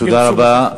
תודה רבה.